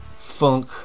Funk